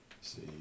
see